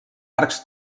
arcs